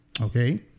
Okay